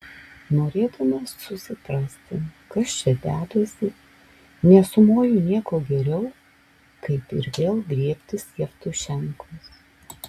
norėdamas susiprasti kas čia dedasi nesumoju nieko geriau kaip ir vėl griebtis jevtušenkos